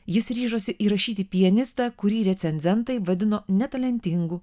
jis ryžosi įrašyti pianistą kurį recenzentai vadino netalentingu